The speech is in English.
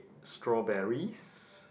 strawberries